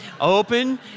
Open